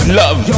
love